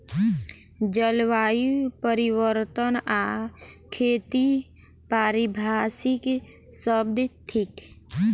जलवायु परिवर्तन आ खेती पारिभाषिक शब्द थिक